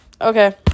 Okay